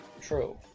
True